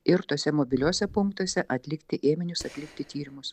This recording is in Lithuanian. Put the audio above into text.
ir tuose mobiliuose punktuose atlikti ėminius atlikti tyrimus